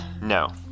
No